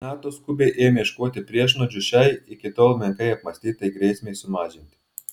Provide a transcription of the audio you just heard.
nato skubiai ėmė ieškoti priešnuodžių šiai iki tol menkai apmąstytai grėsmei sumažinti